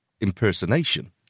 impersonation